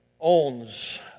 owns